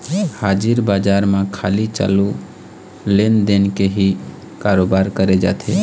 हाजिर बजार म खाली चालू लेन देन के ही करोबार करे जाथे